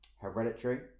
Hereditary